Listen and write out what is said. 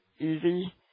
easy